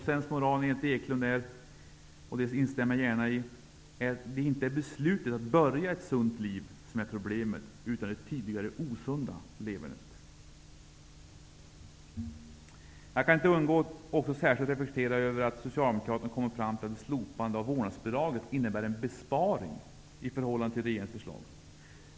Sensmoralen, enligt Eklund, vilken jag mer än gärna instämmer i, är att det inte är beslutet att börja ett sunt liv som är problemet, utan det tidigare osunda levernet. Jag kan inte låta bli att särskilt reflektera över att Socialdemokraterna kommer fram till att ett slopande av vårdnadsbidraget innebär en besparing i förhållande till regeringens förslag.